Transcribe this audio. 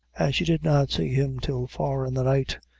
she did not see him till far in the night,